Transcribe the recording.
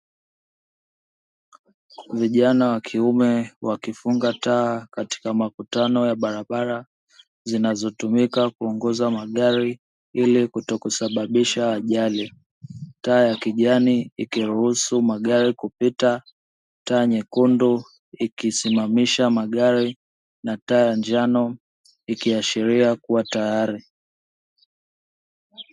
Vijana wa kiume wakifunga taa katika makutano za barabara zinazotumika kuongoza magari, ili kutokusababisha ajali. Taa ya kijani ikiruhusu magari kupita, taa nyekundu ikisimamisha magari na taa ya njano ikiashiria kuwa tayari.